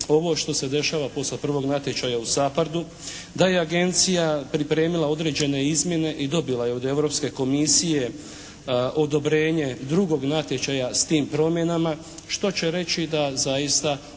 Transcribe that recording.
ovo što se dešava poslije prvog natječaja u SAPARD-u, da je agencija pripremila određene izmjene i dobila je od Europske komisije odobrenje drugog natječaja s tim promjenama što će reći da zaista